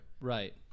Right